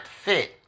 fit